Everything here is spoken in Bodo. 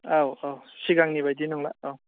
औ औ सिगांनि बायदि नंला औ